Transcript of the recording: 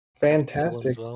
fantastic